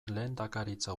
lehendakaritza